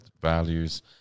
values